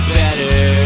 better